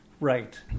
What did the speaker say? Right